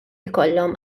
ikollhom